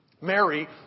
Mary